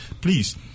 please